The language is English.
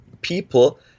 people